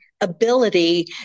ability